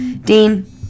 Dean